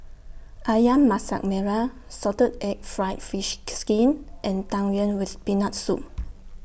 Ayam Masak Merah Salted Egg Fried Fish Skin and Tang Yuen with Peanut Soup